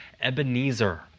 Ebenezer